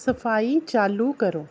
सफाई चालू करो